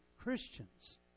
Christians